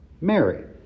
Mary